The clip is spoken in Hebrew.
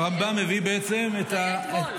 הרמב"ם מביא את הברירות --- זה היה אתמול.